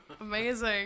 Amazing